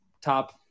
top